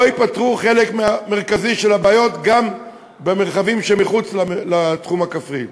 לא יפתרו חלק מרכזי של הבעיות גם במרחבים שמחוץ לתחום הכפרי.